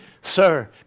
Sir